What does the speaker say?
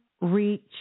reach